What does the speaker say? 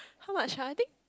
how much ah I think